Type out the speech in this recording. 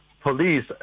Police